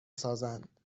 سازند